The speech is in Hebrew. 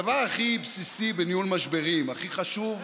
הדבר הכי בסיסי בניהול משברים, הכי חשוב,